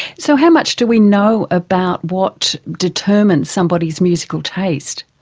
so how much do we know about what determines somebody's musical taste?